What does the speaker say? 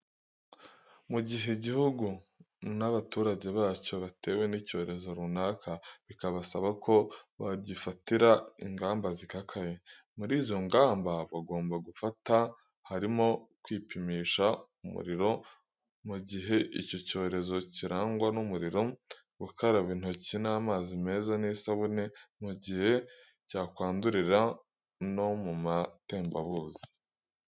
Mu gihe igihugu n'abaturage bacyo batewe n'icyorezo runaka, bikabasaba ko bagifatira ingamba zikakaye, muri izo ngamba bagomba gufata harimo kwipimisha umuriro mu gihe icyo cyorezo cyirangwa n'umuriro, gukaraba intoki n'amazi meza n'isabune mu gihe cyakwandurira no mu matembabuzi.